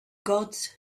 gods